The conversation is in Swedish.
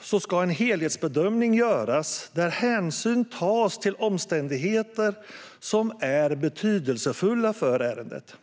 så ska en helhetsbedömning göras, där hänsyn tas till omständigheter som är betydelsefulla för ärendet.